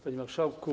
Panie Marszałku!